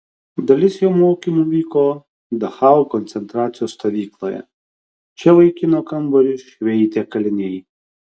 dalis jo mokymų vyko dachau koncentracijos stovykloje čia vaikino kambarius šveitė kaliniai